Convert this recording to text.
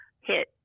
hit